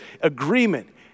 agreement